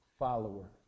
Follower